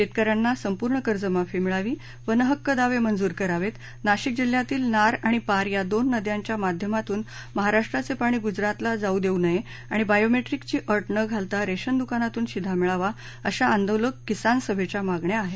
शेतकऱ्यांना संपूर्ण कर्जमाफी मिळावी वन हक्क दावे मंजूर करावेत नाशिक जिल्ह्यातील नार आणि पार या दोन नद्यांच्या माध्यमातून महाराष्ट्राचे पाणी गुजरातला जाऊ देऊ नये आणि बायोमेट्रिकची अट न घालता रेशन दुकानातून शिधा मिळावा अशा आंदोलक किसान सभेच्या मागण्या आहेत